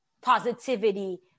positivity